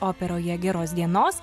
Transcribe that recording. operoje geros dienos